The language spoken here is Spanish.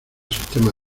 sistema